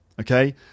okay